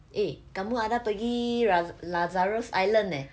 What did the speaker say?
eh kamu ada pergi ra~ lazarus island eh